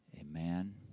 amen